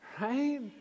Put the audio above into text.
right